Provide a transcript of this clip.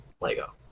Lego